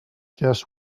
just